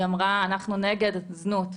היא אמרה שאנחנו נגד זנות,